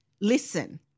Listen